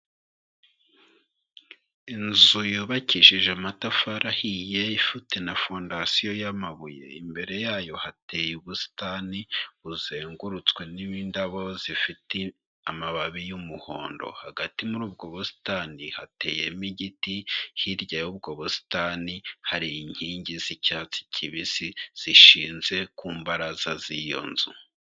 Inzu yubakishije amatafari ahiye ifite na fondasiyo y'amabuye, imbere yayo hateye ubusitani buzengurutswe n'indabo zifite amababi y'umuhondo. Hagati muri ubwo busitani hateyemo igiti, hirya y'ubwo busitani hari inkingi z'icyatsi kibisi zishinze ku mbaraza z'iyo nzu.